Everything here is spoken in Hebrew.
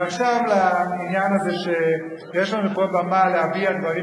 ועכשיו לעניין הזה שיש לנו פה במה להביע דברים,